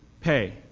pay